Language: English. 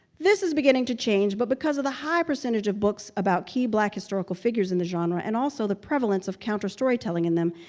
this is beginning to change, but because of the high percentage of books about key black historical figures in the genre and also the prevalence of counterstorytelling in them,